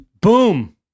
Boom